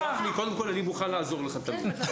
קודם כול אני מוכן לעזור לך תמיד.